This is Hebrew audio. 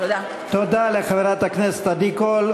תודה לחברת הכנסת עדי קול.